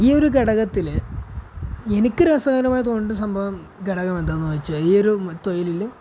ഈയൊരു ഘടകത്തില് എനിക്ക് രസകരമായി തോന്നുന്ന സംഭവം ഘടകമെന്താണെന്ന് ചോദിച്ചാൽ ഈയൊരു തൊഴിലില്